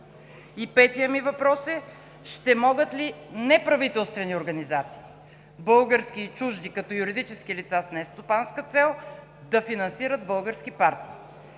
Петият ми въпрос е: ще могат ли неправителствени организации – български и чужди като юридически лица с нестопанска цел, да финансират български партии?